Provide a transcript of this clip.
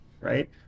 right